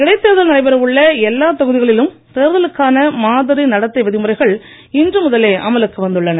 இடைத்தேர்தல் நடைபெற உள்ள எல்லா தொகுதிகளிலும் தேர்தலுக்கான மாதிரி நடத்தை விதிமுறைகள் இன்று முதலே அமலுக்கு வந்துள்ளன